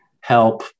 help